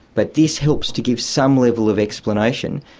but this helps to give some level of explanation,